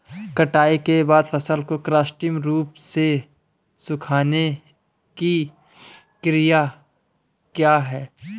कटाई के बाद फसल को कृत्रिम रूप से सुखाने की क्रिया क्या है?